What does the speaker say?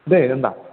दे होनबा